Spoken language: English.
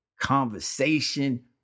conversation